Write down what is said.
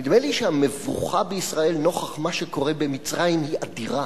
נדמה לי שהמבוכה בישראל נוכח מה שקורה במצרים היא אדירה.